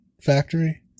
factory